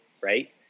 right